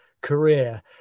career